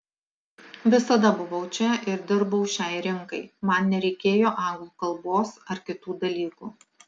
visada buvau čia ir dirbau šiai rinkai man nereikėjo anglų kalbos ar kitų dalykų